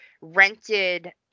rented